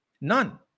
None